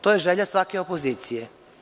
To je želja svake opozicije.